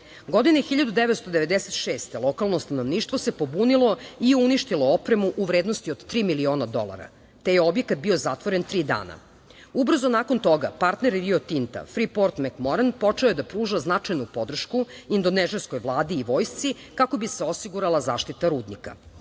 otpada. Godine 1996. lokalno stanovništvo se pobunilo i uništilo opremu u vrednosti od tri miliona dolara, te je objekat bio zatvoren tri dana. Ubrzo nakon toga partner Rio Tinta „Fri port Mekmoran“ počeo je da pruža značajnu podršku indonežanskoj Vladi i vojsci kako bi se osigurala zaštita rudnika. Prema